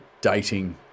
dating